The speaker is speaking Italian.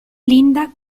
linda